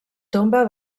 tomba